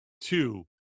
Two